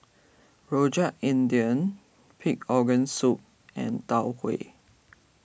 Rojak India Pig Organ Soup and Tau Huay